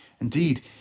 Indeed